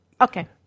Okay